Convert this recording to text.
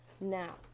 Now